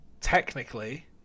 technically